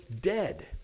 dead